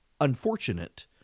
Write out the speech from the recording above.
unfortunate